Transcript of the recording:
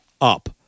up